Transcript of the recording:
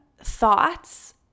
thoughts